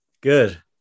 Good